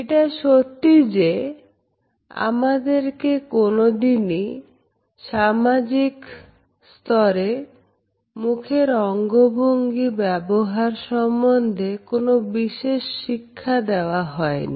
এটা সত্যি যে আমাদেরকে কোনদিনই সামাজিক স্তরে মুখের অঙ্গভঙ্গি ব্যবহার সম্বন্ধে কোন বিশেষ শিক্ষা দেওয়া হয়নি